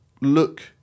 look